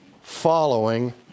following